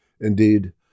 Indeed